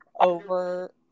over